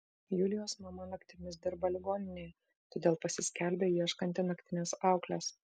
julijos mama naktimis dirba ligoninėje todėl pasiskelbia ieškanti naktinės auklės